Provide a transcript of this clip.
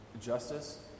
justice